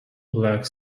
black